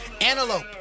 Antelope